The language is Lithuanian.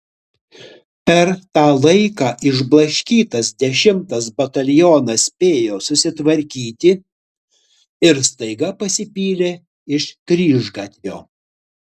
per tą laiką išblaškytas dešimtas batalionas spėjo susitvarkyti ir staiga pasipylė iš kryžgatvio